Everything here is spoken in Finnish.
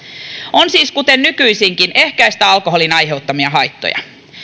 on siis kuten nykyisinkin ehkäistä alkoholin aiheuttamia haittoja